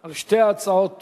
על שתי ההצעות